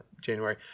January